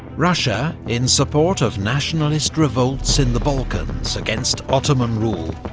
russia, in support of nationalist revolts in the balkans against ottoman rule,